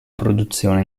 produzione